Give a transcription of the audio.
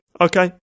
Okay